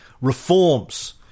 reforms